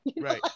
right